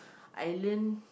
I learn